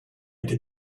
did